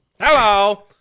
hello